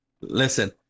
Listen